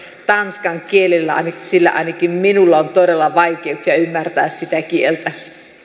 tanskan kielellä sillä ainakin minulla on todella vaikeuksia ymmärtää sitä kieltä